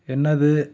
என்னது